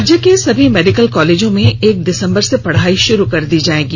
राज्य के सभी मेडिकल कॉलेजों में एक दिसंबर से पढ़ाई शुरू कर दी जाएगी